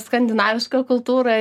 skandinaviška kultūra